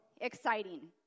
exciting